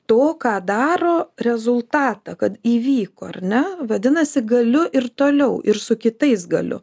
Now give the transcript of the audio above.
to ką daro rezultatą kad įvyko ar ne vadinasi galiu ir toliau ir su kitais galiu